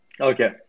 Okay